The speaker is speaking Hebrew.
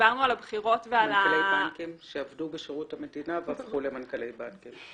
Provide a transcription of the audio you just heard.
מנכ"לי בנקים שעבדו בשירות המדינה והפכו למנהלי בנקים.